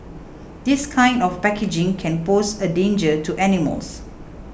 this kind of packaging can pose a danger to animals